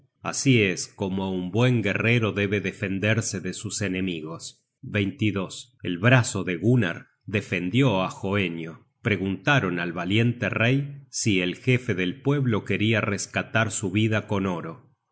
así es como un buen guerrero debe defenderse de sus enemigos el brazo de gunnar defendió á hoenio preguntaron al valiente rey si el jefe del pueblo queria rescatar su vida con oro